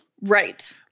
Right